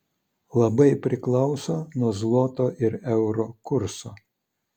labai priklauso nuo zloto ir euro kurso